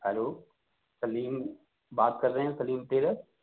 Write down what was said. hello Salim بات کر رہے ہیں سلیم ٹیلر